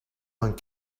vingt